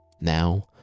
Now